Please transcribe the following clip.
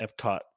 Epcot